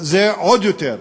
זה עוד יותר.